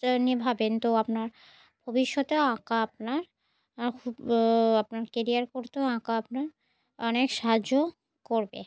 টা নিয়ে ভাবেন তো আপনার ভবিষ্যতেও আঁকা আপনার খুব আপনার কেরিয়ার করতেও আঁকা আপনার অনেক সাহায্য করবে